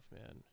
man